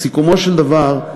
בסיכומו של דבר,